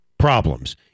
problems